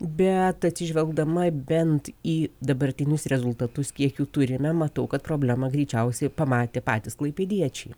bet atsižvelgdama bent į dabartinius rezultatus kiek jų turime matau kad problemą greičiausiai pamatė patys klaipėdiečiai